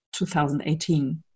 2018